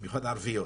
במיוחד ערביות.